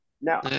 Now